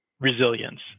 resilience